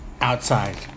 outside